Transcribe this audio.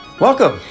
Welcome